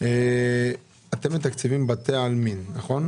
בהוצאה עבור פעילות לאגפי משרד הפנים בתקצוב סך של 64 צוערים למשרד